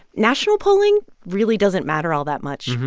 national polling really doesn't matter all that much.